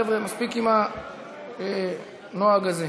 חבר'ה, מספיק עם הנוהג הזה.